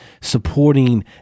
supporting